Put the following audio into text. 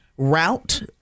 route